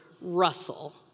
Russell